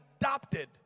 adopted